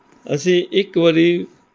ਅਸੀਂ ਇੱਕ ਵਾਰੀ